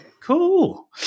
Cool